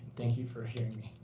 thank you for hearing me.